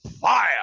Fire